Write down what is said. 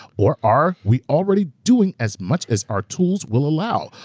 or are we already doing as much as our tools will allow?